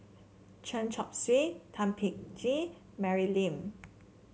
Chen Chong Swee Thum Ping Tjin Mary Lim